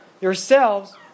yourselves